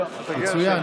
מצוין.